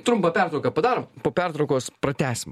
trumpą pertrauką padarom po pertraukos pratęsim